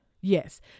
Yes